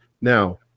now